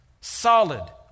solid